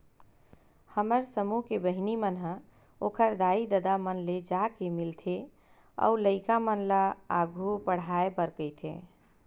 हमर समूह के बहिनी मन ह ओखर दाई ददा मन ले जाके मिलथे अउ लइका मन ल आघु पड़हाय बर कहिथे